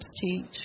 teach